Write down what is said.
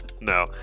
No